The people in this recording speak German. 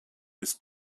ist